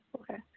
Okay